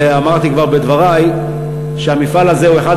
אמרתי כבר בדברי שהמפעל הזה הוא אחד